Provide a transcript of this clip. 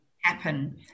happen